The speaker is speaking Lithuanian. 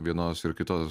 vienos ir kitos